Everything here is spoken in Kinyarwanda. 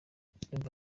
ndumva